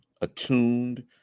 attuned